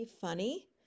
funny